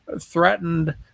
threatened